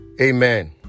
Amen